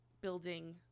building